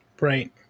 right